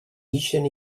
ixen